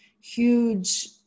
huge